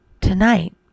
Tonight